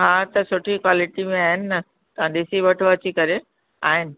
हा त सुठी कॉलेटी में आहिनि न तव्हां ॾिसी वठो अची करे आहिनि